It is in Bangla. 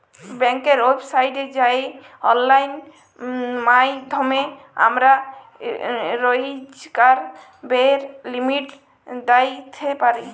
ব্যাংকের ওয়েবসাইটে যাঁয়ে অললাইল মাইধ্যমে আমরা রইজকার ব্যায়ের লিমিট দ্যাইখতে পারি